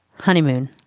honeymoon